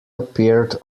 appeared